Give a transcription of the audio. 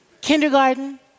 Kindergarten